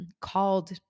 called